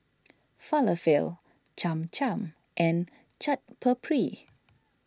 Falafel Cham Cham and Chaat Papri